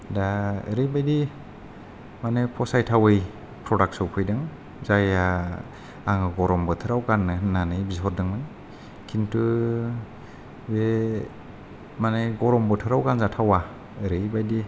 दा ओरैबादि माने फसायथावै फ्रदाक सफैदों जायया आङो गरम बोथोराव गाननो होननानै बिहरदोंमोन खिन्थु बे माने गरम बोथोराव गानजा थाववा आरैबादि